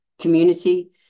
community